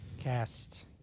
Cast